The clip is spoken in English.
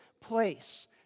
place